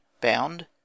Bound